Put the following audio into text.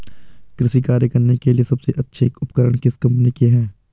कृषि कार्य करने के लिए सबसे अच्छे उपकरण किस कंपनी के हैं?